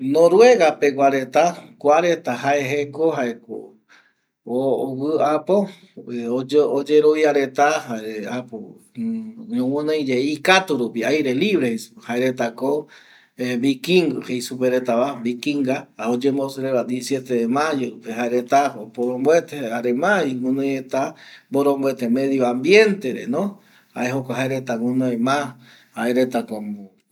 Noruega pegua reta kua reta jae jeko jaeko äpo oyerovia reta jare äpo ñoguɨnoi yae ikatu rupi aire libre jei supe jaeretako jaeretako vikingo, vikinga jei supe retava jaereta oyembo celebra payandepo siu mayope jaereta oporomboete jare mavi guɨnoi reta mboromboete medio ambientere jae jokua jaereta guɨnoiva